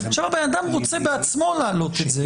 בן אדם רוצה בעצמו להעלות את זה,